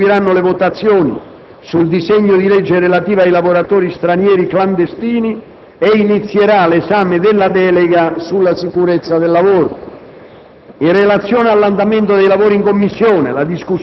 Come già previsto dall'ordine del giorno, oggi pomeriggio proseguiranno le votazioni sul disegno di legge relativo ai lavoratori stranieri clandestini e inizierà l'esame della delega sulla sicurezza sul lavoro.